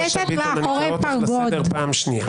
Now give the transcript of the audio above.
קורא אותך לסדר פעם שנייה.